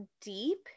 deep